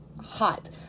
hot